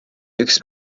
üks